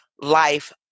life